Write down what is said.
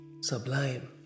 sublime